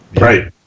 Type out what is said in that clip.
Right